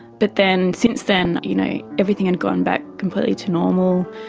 but then since then you know everything had gone back completely to normal,